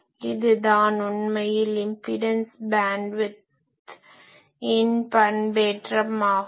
இது தான் உண்மையில் இம்பிடன்ஸ் பேன்ட்விட்த்தின் பண்பேற்றமாகும்